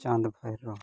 ᱪᱟᱸᱫᱽ ᱵᱷᱟᱹᱭᱨᱟᱹᱵᱽ